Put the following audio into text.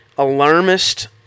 Alarmist